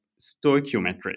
stoichiometry